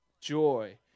joy